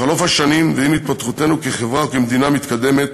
בחלוף השנים ועם התפתחותנו כחברה וכמדינה מתקדמת,